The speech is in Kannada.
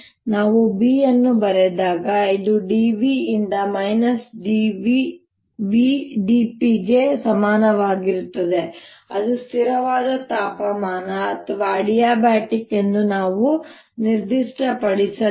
ನಾವು B ಅನ್ನು ಬರೆದಾಗ ಇದು dv ಯಿಂದ ಮೈನಸ್ v dp ಗೆ ಸಮಾನವಾಗಿರುತ್ತದೆ ಅದು ಸ್ಥಿರವಾದ ತಾಪಮಾನ ಅಥವಾ ಅಡಿಯಾಬಾಟಿಕ್ ಎಂದು ನಾವು ನಿರ್ದಿಷ್ಟಪಡಿಸಲಿಲ್ಲ